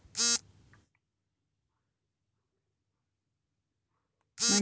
ಮಣ್ಣಿನ ಸತ್ವ ಹೆಚ್ಚಿಸಲು ಯಾವ ಗೊಬ್ಬರಗಳು ಮಹತ್ವ ಪಡೆದಿವೆ?